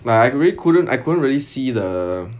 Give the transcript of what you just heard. like I really couldn't I couldn't really see the